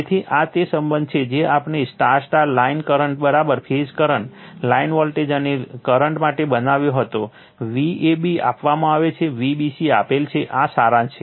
તેથી આ તે સંબંધ છે જે આપણે Y Y line current phase current line voltage અને કરંટ માટે બનાવ્યો હતો Vab આપવામાં આવે છે Vbc આપેલ છે આ સારાંશ છે